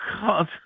god